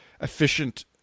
efficient